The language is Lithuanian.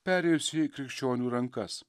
perėjusi į krikščionių rankas